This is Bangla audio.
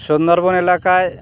সুন্দরবন এলাকায়